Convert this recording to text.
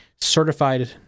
certified